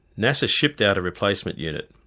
nasa shipped out a replacement unit.